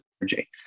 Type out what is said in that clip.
energy